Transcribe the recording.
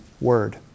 word